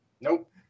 Nope